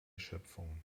schöpfung